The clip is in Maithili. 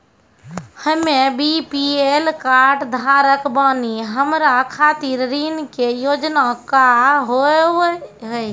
हम्मे बी.पी.एल कार्ड धारक बानि हमारा खातिर ऋण के योजना का होव हेय?